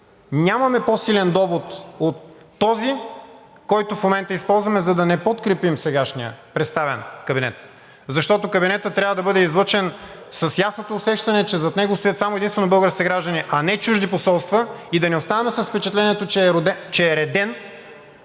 Нямаме по-силен довод от този, който в момента използваме, за да не подкрепим сегашния представен кабинет, защото кабинетът трябва да бъде излъчен с ясното усещане, че зад него стоят само и единствено българските граждани, а не чужди посолства, и да не оставаме с впечатлението, че е реден